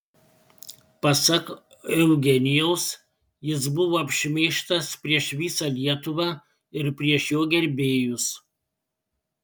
pasak eugenijaus jis buvo apšmeižtas prieš visą lietuvą ir prieš jo gerbėjus